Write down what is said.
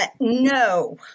No